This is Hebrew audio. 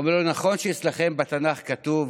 הוא אומר לו: נכון שאצלכם בתנ"ך כתוב